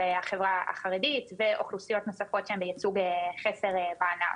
החברה החרדית ואוכלוסיות נוספות שיצאו בחסר בענף.